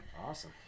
Awesome